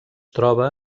troba